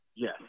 Yes